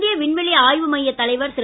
இந்திய விண்வெளி ஆய்வு மையத் தலைவர் திரு